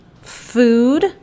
food